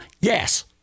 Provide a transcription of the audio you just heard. Yes